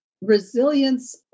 resilience